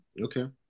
Okay